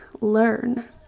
learn